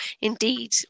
indeed